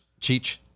Cheech